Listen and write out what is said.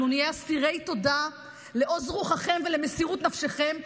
אנחנו נהיה אסירי תודה לעוז רוחכם ולמסירות נפשותיכם.